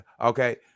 Okay